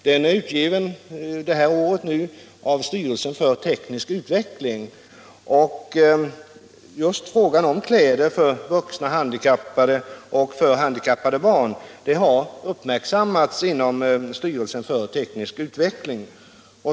Den är utgiven i år av Styrelsen för teknisk utveckling, där just frågan om kläder för vuxna handikappade och handikappade barn har uppmärksammats.